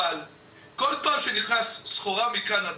אבל כל פעם שנכנסת סחורה מקנדה,